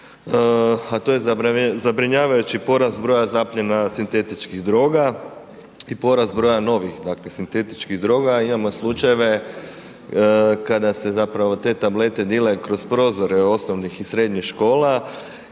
a to je zabrinjavajući porast broja zapljena sintetičkih droga i porast broja novih dakle sintetičkih droga. Imamo slučajeve kada se zapravo te tablete dilaju kroz prozore osnovnih i srednjih škola